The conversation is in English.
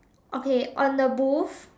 okay on the booth